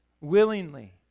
willingly